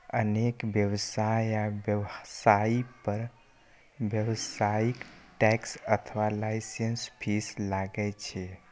अनेक व्यवसाय आ व्यवसायी पर व्यावसायिक टैक्स अथवा लाइसेंस फीस लागै छै